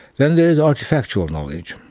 then there's artifactual knowledge,